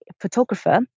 photographer